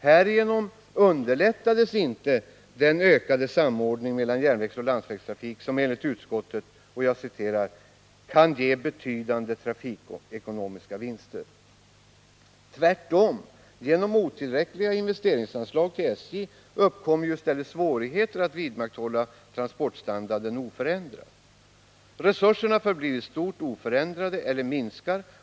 Härigenom underlättades inte den ökade samordning mellan järnvägsoch landsvägstrafik som enligt utskottet ”kan ge betydande trafikekonomiska vinster” — tvärtom. Otillräckliga investeringsanslag medför i stället svårigheter för SJ att vidmakthålla transportstandarden oförändrad. Resurserna förblir i stort oförändrade eller minskar.